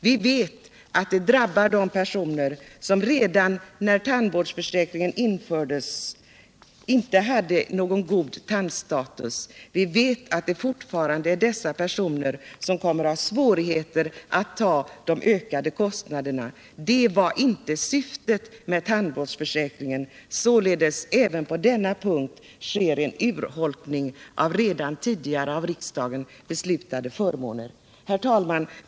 Vi vet att det drabbar de personer som redan när tandvårdsförsäkringen infördes inte hade någon god tandstatus. Vi vet att det fortfarande är dessa personer som kommer att ha svårigheter att bära de ökade kostnaderna. Det var inte syftet med tandvårdsförsäkringen. Även på denna punkt sker således en urholkning av redan tidigare av riksdagen beslutade förmåner. Herr talman!